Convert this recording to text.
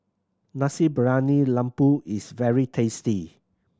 Nasi Briyani Lembu is very tasty